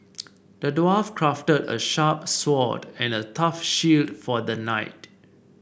the dwarf crafted a sharp sword and a tough shield for the knight